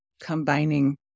combining